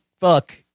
Fuck